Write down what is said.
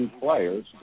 players